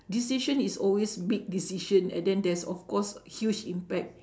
decision is always big decision and then there's of course huge impact